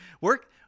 Work